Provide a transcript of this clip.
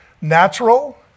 natural